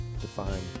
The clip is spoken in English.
define